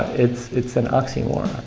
it's it's an oxymoron.